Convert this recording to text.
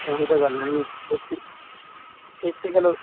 ਉਹੀ ਤਾਂ ਗੱਲ ਆ ਜੀ ਇਸ 'ਤੇ ਇਸ 'ਤੇ ਕਲਰ